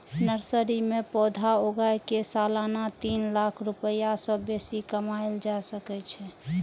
nursery मे पौधा उगाय कें सालाना तीन लाख रुपैया सं बेसी कमाएल जा सकै छै